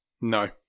No